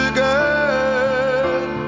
girl